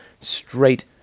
straight